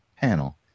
panel